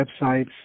websites